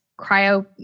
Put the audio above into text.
cryo